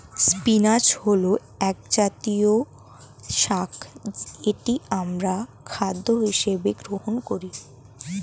spinach হল একজাতীয় শাক যেটি আমরা খাদ্য হিসেবে গ্রহণ করি